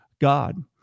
God